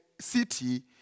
city